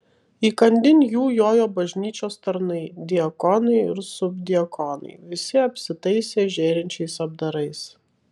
įkandin jų jojo bažnyčios tarnai diakonai ir subdiakonai visi apsitaisę žėrinčiais apdarais